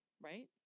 Right